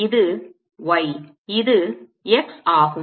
இது y இது x ஆகும்